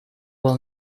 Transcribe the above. will